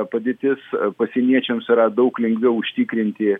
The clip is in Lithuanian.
padėtis pasieniečiams yra daug lengviau užtikrinti